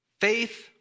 Faith